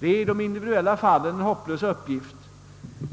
Det är i de individuella fallen en hopplös uppgift.